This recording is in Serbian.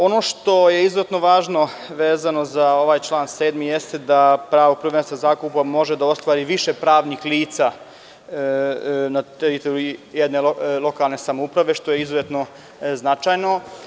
Ono što je izuzetno važno, vezano za ovaj član 7, jeste da pravo prvenstva zakupa može da ostvari više pravnih lica na teritoriji jedne lokalne samouprave, što je izuzetno značajno.